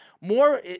more